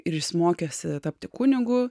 ir jis mokėsi tapti kunigu